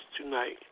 tonight